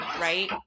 right